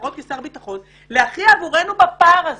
לפחות כשר ביטחון, להכריע עבורנו בפער הזה.